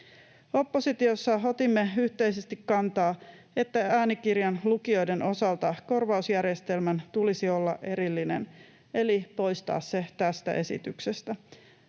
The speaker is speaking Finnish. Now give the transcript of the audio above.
Oppositiossa otimme yhteisesti kantaa, että äänikirjan lukijoiden osalta korvausjärjestelmän tulisi olla erillinen eli poistaa se tästä esityksestä.